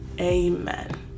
Amen